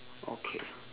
okay